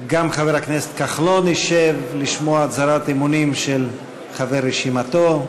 גם חבר הכנסת כחלון ישב לשמוע הצהרת אמונים של חבר רשימתו,